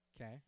Okay